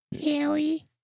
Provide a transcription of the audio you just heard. Harry